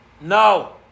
No